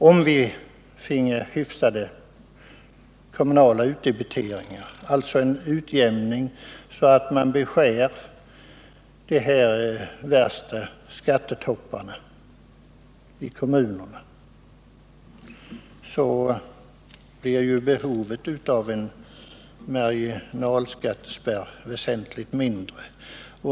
Om vi finge en utjämning av de kommunala utdebiteringarna, så att de värsta skattetopparna i kommunerna kapades, skulle behovet av en marginalskattespärr bli väsentligt mindre.